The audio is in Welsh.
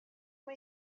mae